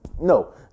No